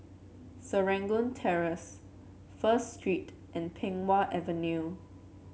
Serangoon Terrace First Street and Pei Wah Avenue